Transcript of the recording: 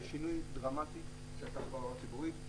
זה שינוי דרמטי של התחבורה הציבורית.